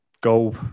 go